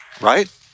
Right